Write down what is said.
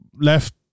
left